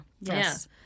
yes